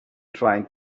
trying